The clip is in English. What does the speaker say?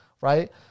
right